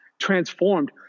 transformed